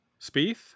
Spieth